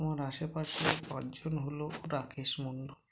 আমার আশেপাশে পাঁচজন হলো রাকেশ মণ্ডল